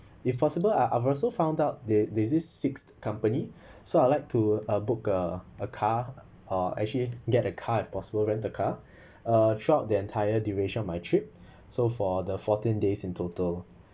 if possible uh I also found out there's there's six company so I would like to uh book uh a car uh actually get a car as possible rent a car uh short the entire duration of my trip so for the fourteen days in total